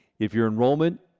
if your enrollment